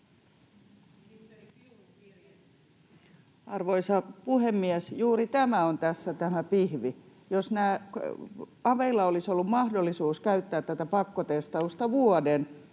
Arvoisa puhemies! Juuri tämä on tässä tämä pihvi. Jos aveilla olisi ollut mahdollisuus käyttää tätä pakkotestausta vuoden